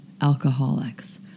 alcoholics